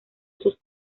sus